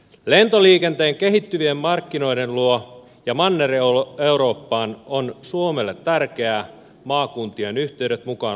lentoliikenne kehittyvien markkinoiden luo ja manner eurooppaan on suomelle tärkeää maakuntien yhteydet mukaan lukien